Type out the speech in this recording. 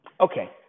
Okay